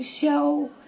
show